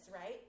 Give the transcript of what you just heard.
right